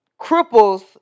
cripples